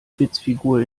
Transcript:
witzfigur